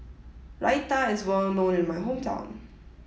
Raita is well known in my hometown